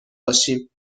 باشیم